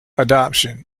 adoption